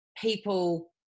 people